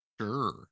sure